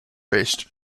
based